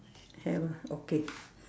have ah okay